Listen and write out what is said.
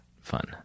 Fun